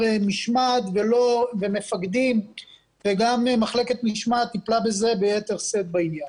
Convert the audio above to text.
משמעת ומפקדים וגם מחלקת משמעת טיפלה ביתר שאת בעניין.